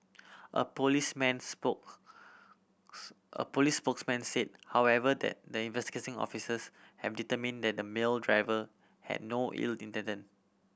a policeman spokes a police spokesman said however that the investigating officers have determined that the male driver had no ill intended